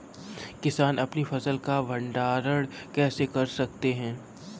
किसान अपनी फसल का भंडारण कैसे कर सकते हैं?